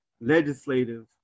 legislative